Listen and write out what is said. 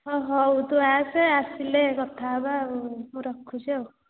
ହଉ ତୁ ଆସେ ଆସିଲେ କଥା ହେବା ଆଉ ମୁଁ ରଖୁଛି ଆଉ